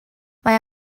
mae